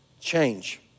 change